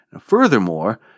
Furthermore